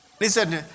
Listen